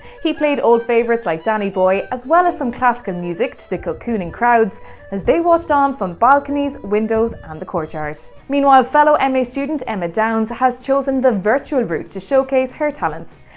he played old favourites like danny boy as well as some classical music to the cocooning crowds as they watched on from balconies, windows the courtyard. meanwhile fellow and ma student, emma downes has chosen the virtual route to showcase her talents.